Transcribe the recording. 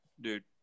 Dude